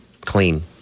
clean